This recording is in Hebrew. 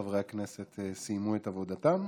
חברי הכנסת סיימו את עבודתם.